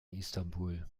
istanbul